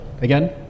Again